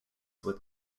with